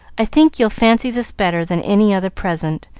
i think you'll fancy this better than any other present,